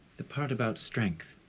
the part about strength.